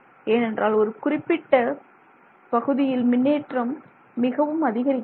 ஏனென்றால் ஒரு குறிப்பிட்ட பகுதியில் மின்னேற்றம் மிகவும் அதிகரிக்கிறது